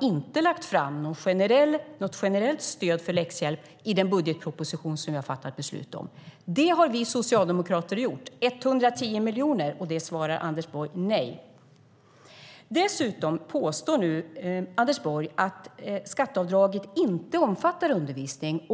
inte lagt fram något generellt stöd för läxhjälp i den budgetproposition som vi har fattat beslut om. Det har vi socialdemokrater gjort. Vi har satsat 110 miljoner. Till det säger Anders Borg nej. Dessutom påstår Anders Borg nu att skatteavdraget inte omfattar undervisning.